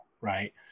right